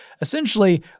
essentially